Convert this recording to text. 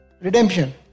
redemption